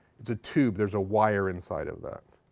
it's a tube. there's a wire inside of that.